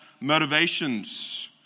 motivations